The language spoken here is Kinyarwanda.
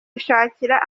yishakira